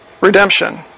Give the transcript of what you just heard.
redemption